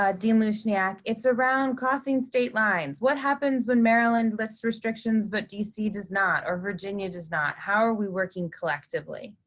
ah dean lushniak, it's around crossing state lines. what happens when maryland lifts restrictions, but dc does not, or virginia does not? how are we working collectively?